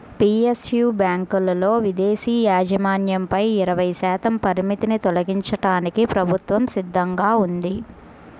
PSU బ్యాంకులలో విదేశీ యాజమాన్యంపై ఇరవై శాతం పరిమితిని తొలగించడానికి ప్రభుత్వం సిద్ధంగా ఉంది